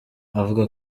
avuga